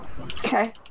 Okay